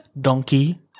donkey